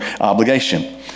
obligation